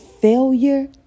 failure